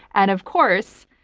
and of course,